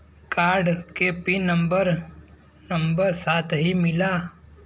Card के pin number number साथही मिला?